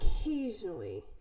Occasionally